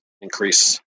increase